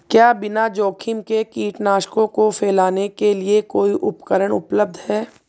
क्या बिना जोखिम के कीटनाशकों को फैलाने के लिए कोई उपकरण उपलब्ध है?